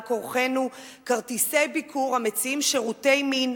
כורחנו כרטיסי ביקור המציעים שירותי מין,